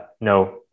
no